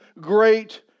great